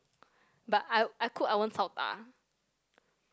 but I I cook I won't chao ta